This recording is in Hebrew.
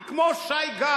כי כמו שי גל,